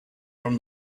from